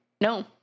No